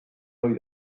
ohi